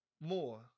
more